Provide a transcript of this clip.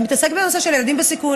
ומתעסקת בנושא של ילדים בסיכון,